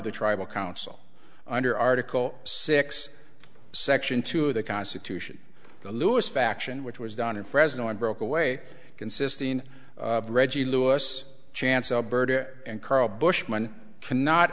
the tribal council under article six section two of the constitution the lewis faction which was down in fresno and broke away consisting of reggie lewis chance alberta and karl bushman cannot